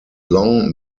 long